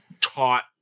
taught